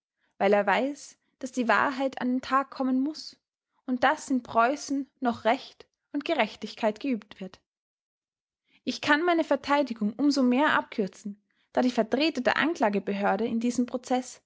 weil er weiß daß die wahrheit an den tag kommen muß und daß in preußen noch recht und gerechtigkeit geübt wird ich kann meine verteidigung um so mehr abkürzen da die vertreter der anklagebehörde in diesem prozeß